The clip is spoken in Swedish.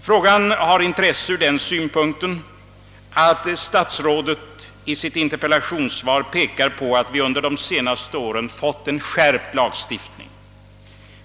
Frågan har intresse ur den synpunkten att statsrådet i sitt interpellationssvar pekar på att vi under de senaste åren fått en skärpt lagstiftning.